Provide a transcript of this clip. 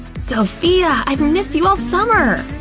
sophia! i've missed you all summer!